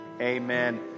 amen